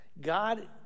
God